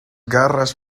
garras